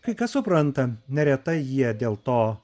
kai kas supranta neretai jie dėl to